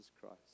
Christ